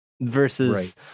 versus